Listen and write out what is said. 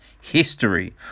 history